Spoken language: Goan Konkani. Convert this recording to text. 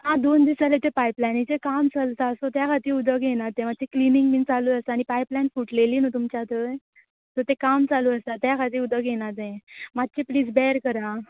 आ दोन दीस जाले ते पायप लायनीचें काम चलता सो त्या खाती उदक येयना तें मात्शें क्लिनींग बीन चालू आसा आनी पायप लायन फुटलेली न्हू तुमच्या थंय सो तें काम चालू आसा त्या खाती उदक येयना तें मात्शें प्लीज बॅर करा आ